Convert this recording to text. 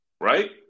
right